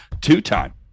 two-time